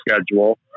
schedule